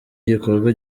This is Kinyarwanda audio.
igikorwa